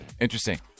Interesting